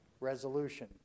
resolution